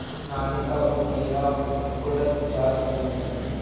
नाही तअ उ कीड़ा बढ़त जात हवे सन